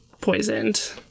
poisoned